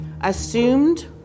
assumed